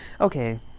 okay